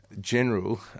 general